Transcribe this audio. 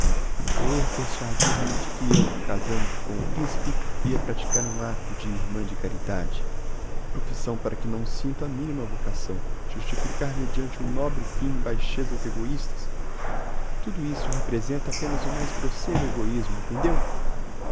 querer persuadir-me de que eu casando com o principe ia praticar um acto de irmã de caridade profissão para que não sinto a minima vocação justificar mediante um nobre fim baixezas egoistas tudo isso representa apenas o mais grosseiro egoismo entendeu